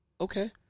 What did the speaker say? okay